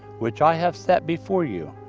which i have set before you,